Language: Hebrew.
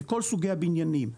לכל סוגי הבניינים,